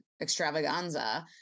extravaganza